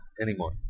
anymore